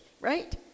Right